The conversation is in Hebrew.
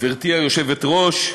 גברתי היושבת-ראש,